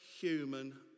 human